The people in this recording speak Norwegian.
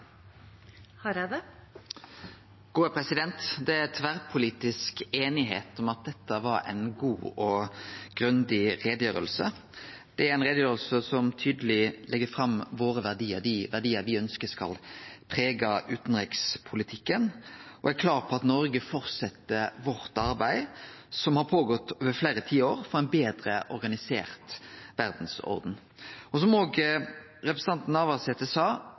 tverrpolitisk einigheit om at dette var ei god og grundig utgreiing. Det er ei utgreiing som tydeleg legg fram dei verdiane me ønskjer skal prege utanrikspolitikken, og som er klar på at Noreg fortset arbeidet vårt, som har gått føre seg over fleire tiår, for ein betre organisert verdsorden. Og som òg representanten Navarsete sa: